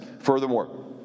furthermore